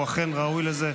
הוא אכן ראוי לזה.